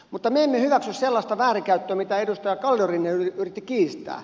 mutta me emme hyväksy sellaista väärinkäyttöä minkä edustaja kalliorinne yritti kiistää